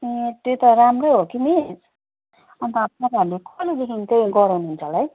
ए त्यो त राम्रै हो कि मिस अन्त तपाईँहरूले कहिलेदेखि चाहिँ गराउनुहुन्छ होला है